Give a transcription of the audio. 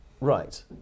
Right